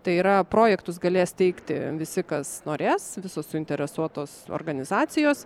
tai yra projektus galės teikti visi kas norės visos suinteresuotos organizacijos